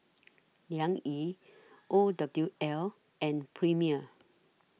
Liang Yi O W L and Premier